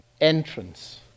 entrance